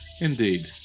Indeed